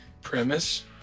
premise